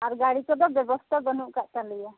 ᱟᱨ ᱜᱟᱹᱲᱤ ᱠᱚᱫᱚ ᱵᱮᱵᱚᱥᱛᱟ ᱵᱟᱱᱩᱜ ᱟᱠᱟᱫ ᱛᱟᱞᱮᱭᱟ